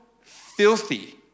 filthy